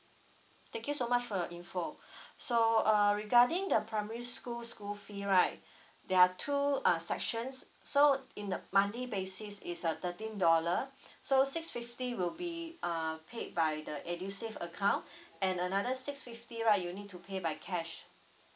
thank you so much for your info so uh regarding the primary school school fee right there are two uh sections so in a monthly basis is uh thirteen dollar so six fifty will be uh paid by the EDUSAVE account and another six fifty right you need to pay by cash